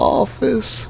office